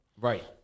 Right